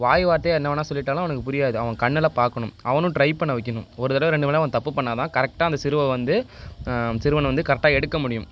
வாய் வார்த்தையாக என்ன வேணா சொல்லிட்டாலும் அவனுக்கு புரியாது அவன் கண்ணில் பார்க்குணும் அவனும் ட்ரை பண்ண வைக்கணும் ஒரு தடவை ரெண்டு தடவை தப்பு பண்ணால்தான் கரெக்டாக அந்த சிறுவன் வந்து சிறுவன் வந்து கரெக்டாக எடுக்க முடியும்